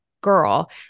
girl